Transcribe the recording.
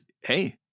hey